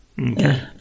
Okay